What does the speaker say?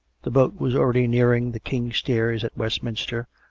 the boat was already nearing the king's stairs at westminster,